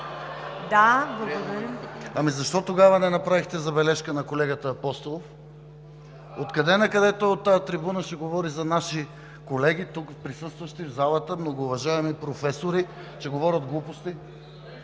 Да. ИВАН ЧЕНЧЕВ: Защо тогава не направихте забележка на колегата Апостолов? Откъде-накъде той от тази трибуна ще говори за нашите колеги, присъстващи в залата, многоуважаеми професори, че говорят глупости?